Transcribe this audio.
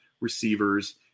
receivers